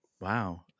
Wow